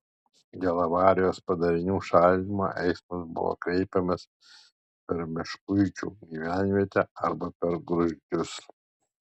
dėl avarijos padarinių šalinimo eismas buvo kreipiamas per meškuičių gyvenvietę arba per gruzdžius